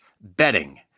betting